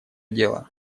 дело